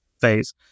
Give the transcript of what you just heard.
phase